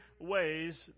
ways